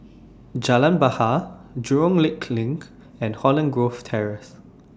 Jalan Bahar Jurong Lake LINK and Holland Grove Terrace